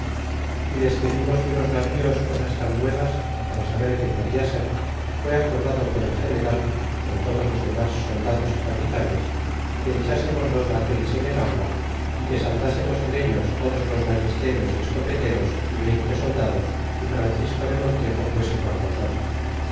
y desque vimos de les navíos cosas tan nuevas para saber que podia ser fue acordado por el general con todos los lemas soldados y capitanes que echasemos dosbateles en el agua que saltasemos en ellos todos los ballesteros y escopeteros y veinte soldados y francisco de montejo fuese con nosotros